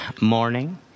morning